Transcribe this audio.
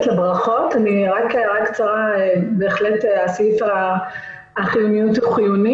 אני הבנתי שיש מסמך על מחקר שנעשה במקומות אחרים בעולם,